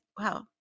wow